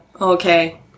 okay